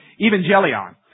evangelion